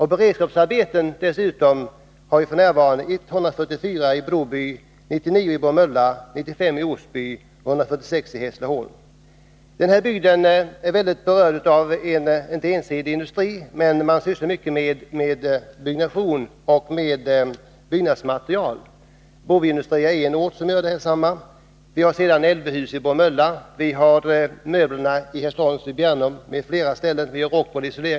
I Broby har vi vidare 144 personer i beredskapsarbete, 99 i Bromölla, 95 i Osby och 146 i Hässleholm. Den här bygden har en ensidig industri. Man sysslar med byggnation och byggnadsmaterial. Broby Industrier är ett exempel på detta. Vi har vidare LB-Hus i Bromölla, möbelindustrin inom Hässleholms kommun osv.